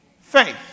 Faith